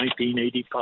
1985